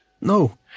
No